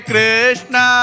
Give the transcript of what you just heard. Krishna